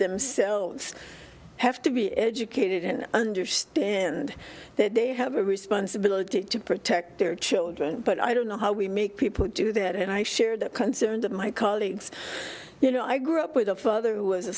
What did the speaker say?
themselves have to be educated and understand that they have a responsibility to protect their children but i don't know how we make people do that and i share the concerns of my colleagues you know i grew up with a father w